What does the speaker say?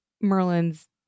Merlin's